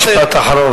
משפט אחרון.